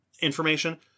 information